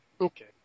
Okay